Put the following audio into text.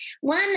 One